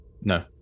No